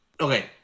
okay